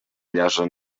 llosa